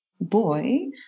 boy